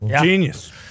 Genius